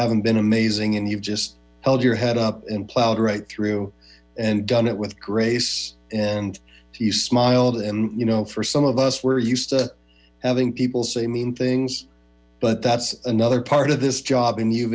haven't been amazing and you've just held your head up and plowed right through and done it with grace and you smiled and you know for some of us we're used to having people say mean things but that's another part of this job and you've